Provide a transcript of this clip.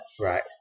Right